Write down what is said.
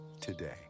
today